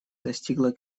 достигла